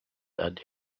dead